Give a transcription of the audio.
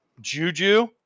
juju